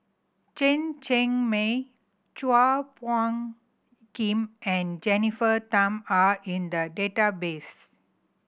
Chen Cheng Mei Chua Phung Kim and Jennifer Tham are in the database